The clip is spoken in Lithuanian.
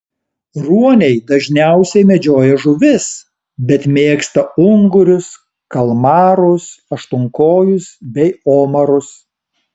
ruoniai dažniausiai medžioja žuvis bet mėgsta ungurius kalmarus aštuonkojus bei omarus